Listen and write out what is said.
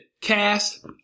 cast